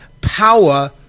power